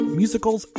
musicals